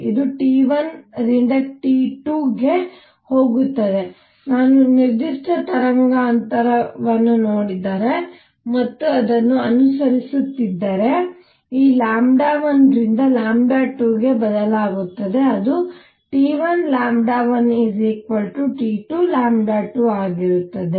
ಇದು t1 ರಿಂದ t2 ಗೆ ಹೋಗುತ್ತದೆ ನಾನು ನಿರ್ದಿಷ್ಟ ತರಂಗಾಂತರವನ್ನು ನೋಡಿದರೆ ಮತ್ತು ಅದನ್ನು ಅನುಸರಿಸುತ್ತಿದ್ದರೆ ಈ 1 ರಿಂದ 2ಕ್ಕೆ ಬದಲಾಗುತ್ತದೆ ಅದು T1 1 T2 2 ಆಗಿರುತ್ತದೆ